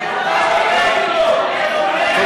לא, עוד לא הספקתם לקלקל את זה.